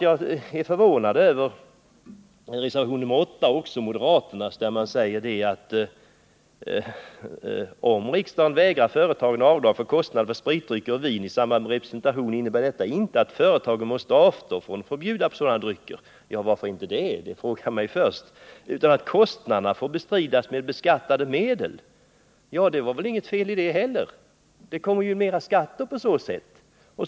Sedan är jag förvånad över moderaternas reservation nr 8, där det sägs: ”Om riksdagen vägrar företagen avdrag för kostnader för spritdrycker och vin i samband med representation innebär detta inte att företagen måste avstå från att bjuda på sådana drycker” — varför inte det? frågar man sig — ”utan att kostnaderna får bestridas med beskattade medel.” Ja, det är väl inget fel i det — på så sätt kommer det ju in mer skattepengar.